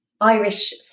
Irish